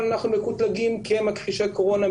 אבל אנחנו מקוטלגים כמכחישי קורונה,